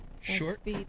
Short